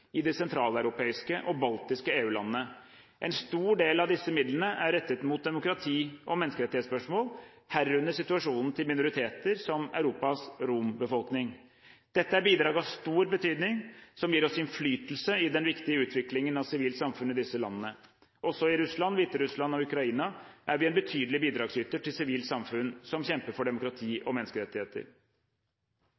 i de sentraleuropeiske og baltiske EU-landene. En stor del av disse midlene er rettet mot demokrati og menneskerettighetsspørsmål, herunder situasjonen til minoriteter som Europas rombefolkning. Dette er bidrag av stor betydning, som gir oss innflytelse i den viktige utviklingen av sivilt samfunn i disse landene. Også i Russland, Hviterussland og Ukraina er vi en betydelig bidragsyter til sivilt samfunn som kjemper for demokrati